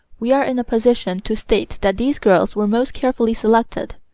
we are in a position to state that these girls were most carefully selected.